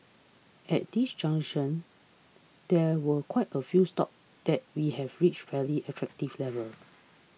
at this juncture there were quite a few stocks that we have reached fairly attractive levels